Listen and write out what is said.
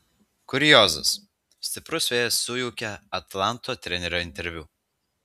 kuriozas stiprus vėjas sujaukė atlanto trenerio interviu